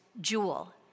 jewel